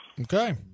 Okay